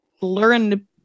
learn